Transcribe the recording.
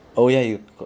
oh ya you got